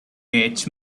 rich